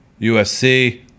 USC